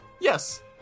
Yes